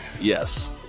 Yes